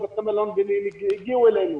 בבתי מלון והגיעו אלינו.